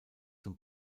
zum